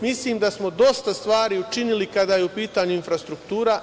Mislim da smo dosta stvari učinili kada je u pitanju infrastruktura.